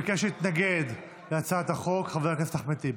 ביקש להתנגד להצעת החוק חבר הכנסת אחמד טיבי.